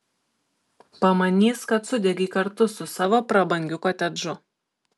pamanys kad sudegei kartu su savo prabangiu kotedžu